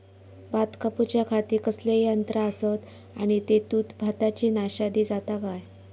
भात कापूच्या खाती कसले यांत्रा आसत आणि तेतुत भाताची नाशादी जाता काय?